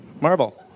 Marble